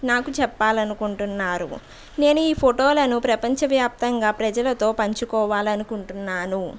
నాకు చెప్పాలనుకుంటున్నారు నేను ఈ ఫోటోలను ప్రపంచ వ్యాప్తంగా ప్రజలతో పంచుకోవాలనుకుంటున్నాను